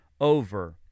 over